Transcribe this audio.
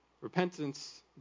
repentance